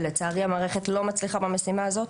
ולצערי המערכת לא מצליחה במשימה הזאת,